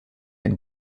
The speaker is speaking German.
ein